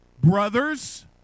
brothers